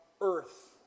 earth